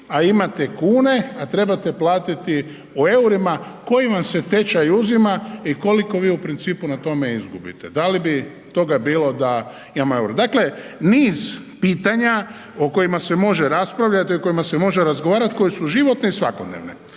a imate kune, a trebate platiti u EUR-ima koji vam se tečaj uzima i koliko vi u principu na tome izgubite, da li bi toga bilo da imamo EUR-o? Dakle, niz pitanja o kojima se može raspravljati i o kojima se može razgovarati koje su životne i svakodnevne.